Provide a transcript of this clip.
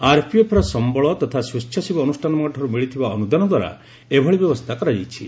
ଆର୍ପିଏଫ୍ର ସମ୍ଭଳ ତଥା ସ୍ପେଚ୍ଛାସେବୀ ଅନୁଷ୍ଠାନମାନଙ୍କଠାରୁ ମିଳିଥିବା ଅନୁଦାନ ଦ୍ୱାରା ଏଭଳି ବ୍ୟବସ୍ଥା କରାଯାଇଛି